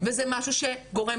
וזה משהו שגורם